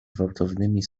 gwałtownymi